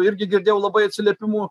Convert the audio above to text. irgi girdėjau labai atsiliepimų